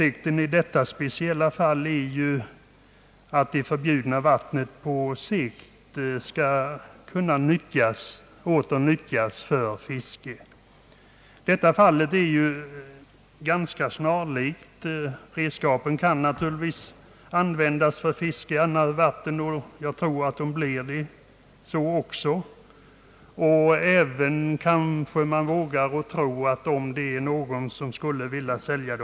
I detta speciella fall är avsikten att det förbjudna vattnet på sikt åter skall kunna utnyttjas för fiske. Redskapen kan naturligtvis användas för fiske i annat vatten, och man kan också våga hoppas att fiskeredskapen kan säljas.